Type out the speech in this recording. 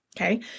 Okay